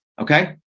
okay